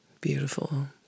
Beautiful